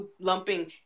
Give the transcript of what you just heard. lumping